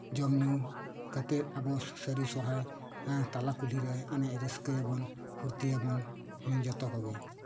ᱡᱚᱢ ᱧᱩ ᱠᱟᱛᱮᱫ ᱟᱵᱚ ᱥᱟᱹᱨᱤ ᱥᱚᱨᱦᱟᱭ ᱛᱟᱞᱟ ᱠᱩᱞᱦᱤ ᱨᱮ ᱮᱱᱮᱡ ᱨᱟᱹᱥᱠᱟᱹᱭᱟᱵᱚᱱ ᱯᱷᱩᱨᱛᱤᱭᱟᱵᱚᱱ ᱦᱮᱸ ᱡᱚᱛᱚ ᱠᱚᱜᱮ